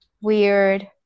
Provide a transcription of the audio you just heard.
weird